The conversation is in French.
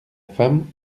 femme